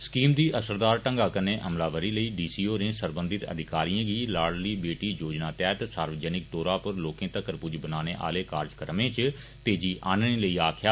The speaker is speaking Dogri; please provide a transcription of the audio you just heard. स्कीम दी असरदार ढंगा नै अमलावरी लेई डी सी होरें सरबंधित अधिकारिए गी लाडली बेटी योजना तैहत सार्वजनिक तौरा पर लोकें तक्कर पुज्ज बनाने आहले कार्जक्रमें इच तेजी आनने लेई आक्खेया